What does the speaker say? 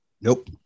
nope